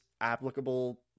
applicable